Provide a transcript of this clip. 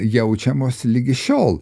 jaučiamos ligi šiol